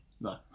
No